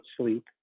sleep